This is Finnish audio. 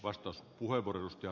arvoisa puhemies